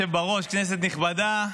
כנסת נכבדה,